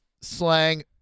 slang